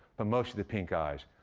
but most of the pink guys.